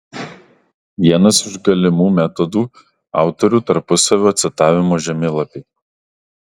vienas iš galimų metodų autorių tarpusavio citavimo žemėlapiai